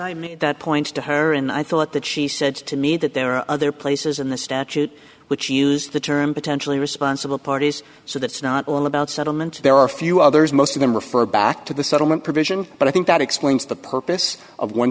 i made that point to her and i thought that she said to me that there are other places in the statute which use the term potentially responsible parties so that's not all about settlement there are a few others most of them refer back to the settlement provision but i think that explains the purpose of one